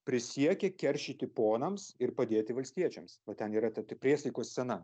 prisiekė keršyti ponams ir padėti valstiečiams va ten yra tokia priesaikų scena